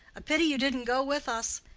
a pity you didn't go with us.